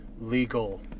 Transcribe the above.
legal